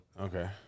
Okay